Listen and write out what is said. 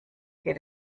geht